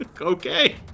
okay